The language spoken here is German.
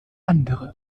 andere